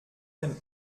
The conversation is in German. dem